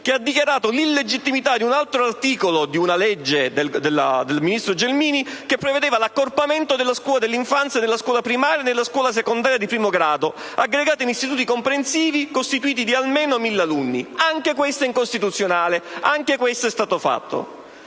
che ha dichiarato l'illegittimità di un altro articolo di una legge del ministro Gelmini che prevedeva l'accorpamento della scuola dell'infanzia e della scuola primaria nella scuola secondaria di primo grado, aggregate in istituti comprensivi costituiti di almeno 1.000 alunni. Anche questa previsione è incostituzionale. Anche questo è stato fatto.